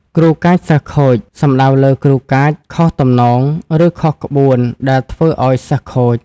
គ្រូកាច សិស្សខូច សំដៅលើគ្រូកាចខុសទំនងឬខុសក្បួនដែលធ្វើឲ្យសិស្សខូច។